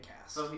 cast